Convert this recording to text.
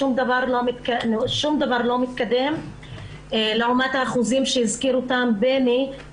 שום דבר לא מתקדם לעומת האחוזים שהזכיר בני צרפתי,